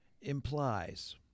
implies